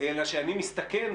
אלא שאני מסתכן,